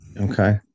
Okay